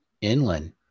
inland